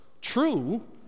True